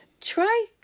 Try